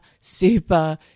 super